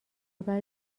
بعد